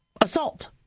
assault